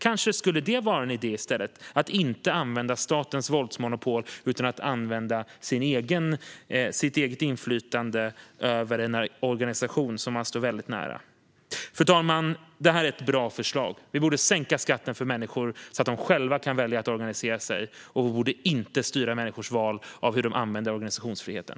Kanske skulle det vara en idé att inte använda statens våldsmonopol utan i stället använda sitt eget inflytande över en organisation som man står väldigt nära? Fru talman! Detta är ett bra förslag. Vi borde sänka skatten för människor så att de själva kan välja att organisera sig. Vi borde inte styra människors val när det gäller hur de använder organisationsfriheten.